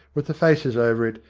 with the faces over it,